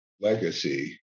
legacy